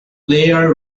player